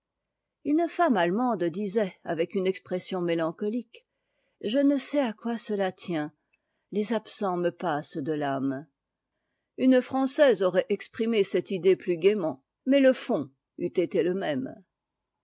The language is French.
une femme allemande disait avec une expression métancotique je ne sais à quoi cela tient mais les absents me passent de famé une française aurait exprimé cette idéeptus gaiement mais le fond eût été lé même